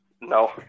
no